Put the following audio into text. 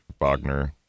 Bogner